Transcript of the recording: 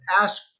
ask